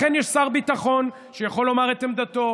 לכן יש שר ביטחון שיכול לומר את עמדתו,